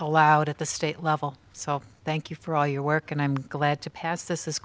allowed at the state level self thank you for all your work and i'm glad to pass this is